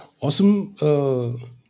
Awesome